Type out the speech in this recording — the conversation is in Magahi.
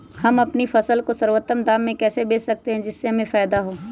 हम अपनी फसल को सर्वोत्तम दाम में कैसे बेच सकते हैं जिससे हमें फायदा हो?